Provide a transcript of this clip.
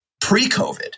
pre-COVID